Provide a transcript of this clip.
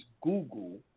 Google